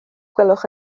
gwelwch